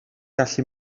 gallu